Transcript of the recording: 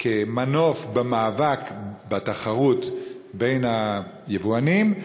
כמנוף במאבק בתחרות בין היבואנים?